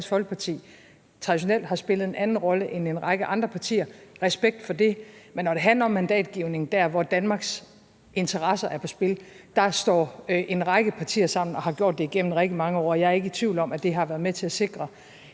Folkeparti traditionelt har spillet en anden rolle end en række andre partier – respekt for det – men når det handler om mandatgivning der, hvor Danmarks interesser er på spil, står en række partier sammen og har gjort det igennem rigtig mange år, og jeg er ikke i tvivl om, at det har været med til at sikre